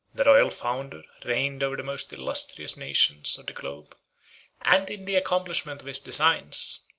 the royal founder reigned over the most illustrious nations of the globe and in the accomplishment of his designs,